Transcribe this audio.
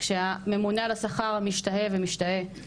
שהממונה על השכר משתהה ומשתהה.